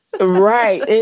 Right